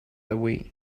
away